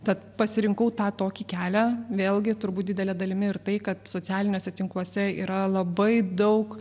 tad pasirinkau tą tokį kelią vėlgi turbūt didele dalimi ir tai kad socialiniuose tinkluose yra labai daug